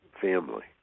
family